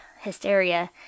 hysteria